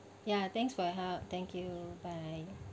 ya thanks for your help thank you bye